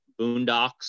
Boondocks